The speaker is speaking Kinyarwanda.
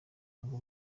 ngo